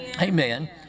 Amen